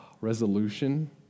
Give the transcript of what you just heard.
resolution